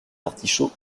artichauts